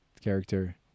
character